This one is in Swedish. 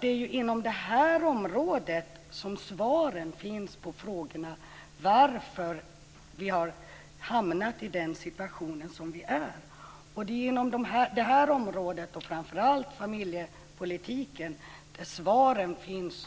Det är inom det här området som svaren finns på frågorna om varför vi har hamnat i den situation vi är i. Det är inom det här området, inom framför allt familjepolitiken, som svaren finns.